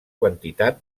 quantitat